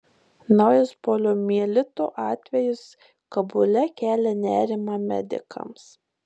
naujas poliomielito atvejis kabule kelia nerimą medikams